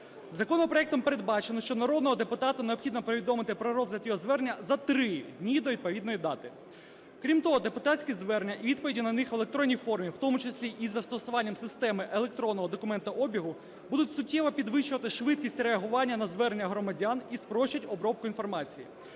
Законопроектом передбачено, що народного депутата необхідно повідомити про розгляд його звернення за 3 дні до відповідної дати. Крім того, депутатські звернення і відповіді на них в електронній формі, в тому числі із застосуванням системи електронного документообігу, будуть суттєво підвищувати швидкість реагування на звернення громадян і спростять обробку інформації.